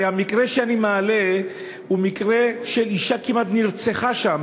הרי במקרה שאני מעלה אישה כמעט נרצחה שם,